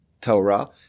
Torah